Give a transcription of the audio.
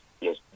yes